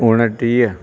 उणिटीह